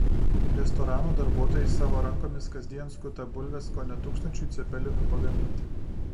restoranų darbuotojai savo rankomis kasdien skuta bulves kone tūkstančiui cepelinų pagaminti